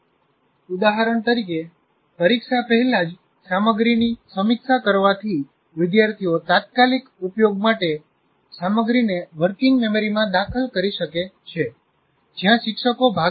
ઉદાહરણ તરીકે પરીક્ષા પહેલા જ સામગ્રીની સમીક્ષા કરવાથી વિદ્યાર્થીઓ તાત્કાલિક ઉપયોગ માટે સામગ્રીને વર્કિંગ મેમરીમાં દાખલ કરી શકે છે જ્યાં શિક્ષકો ભાગ લે છે